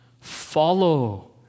follow